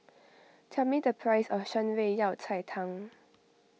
tell me the price of Shan Rui Yao Cai Tang